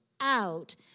out